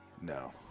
No